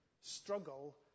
struggle